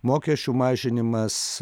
mokesčių mažinimas